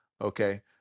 okay